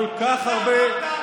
כל כך הרבה,